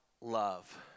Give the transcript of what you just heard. love